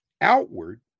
outward